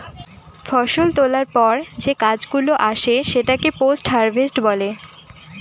ফষল তোলার পর যে কাজ গুলো আসে সেটাকে পোস্ট হারভেস্ট বলে